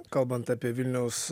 kalbant apie vilniaus